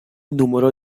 numero